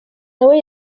nawe